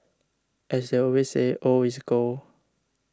as they always say old is gold